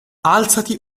alzati